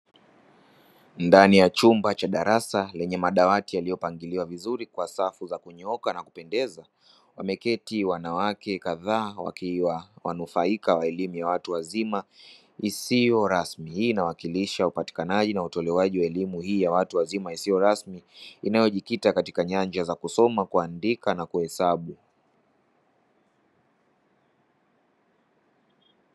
Ndani ya chumba cha darasa lenye madawati yaliyopangiliwa vizuri kwa safu za kunyooka na kupendeza, wameketi wanawake kadhaa wakiwa wanufaika wa elimu ya watu wazima isiyo rasmi. Hii inawakiwakilisha upatikanaji na utolewaji wa elimu hii ya watu wazima isiyo rasmi inayojikita katika nyanja za kusoma, kuandika na kuhesabu.